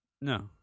No